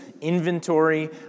inventory